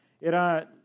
era